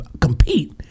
compete